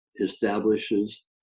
establishes